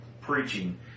preaching